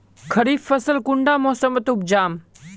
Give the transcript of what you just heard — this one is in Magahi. खरीफ फसल कुंडा मोसमोत उपजाम?